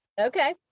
Okay